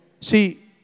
See